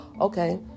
okay